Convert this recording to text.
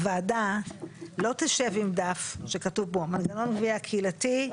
הוועדה לא תשב עם דף שכתוב בו מנגנון גבייה קהילתי.